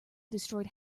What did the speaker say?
destroyed